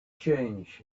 change